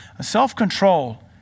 Self-control